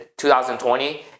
2020